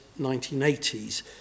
1980s